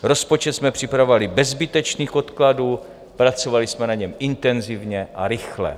Rozpočet jsme připravovali bez zbytečných odkladů, pracovali jsme na něm intenzivně a rychle.